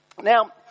Now